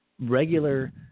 regular